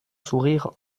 sourires